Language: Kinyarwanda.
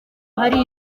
hari